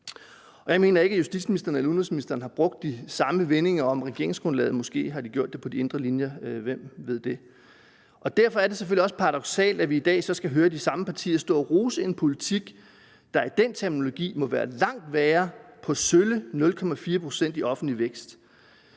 Og jeg mener ikke, at justitsministeren og udenrigsministeren har brugt de samme vendinger om regeringsgrundlaget – måske har de gjort det på de indre linjer, hvem ved? Derfor er det selvfølgelig også paradoksalt, at vi i dag så skal høre de samme partier stå og rose en politik, der med den terminologi må være langt værre, med en offentlig vækst